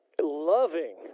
loving